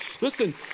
listen